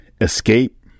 escape